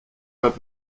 pas